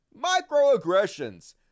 Microaggressions